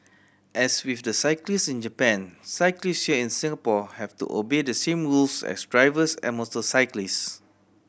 as with the cyclists in Japan cyclists here in Singapore have to obey the same rules as drivers and motorcyclists